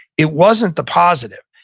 it wasn't the positive.